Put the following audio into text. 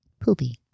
Poopy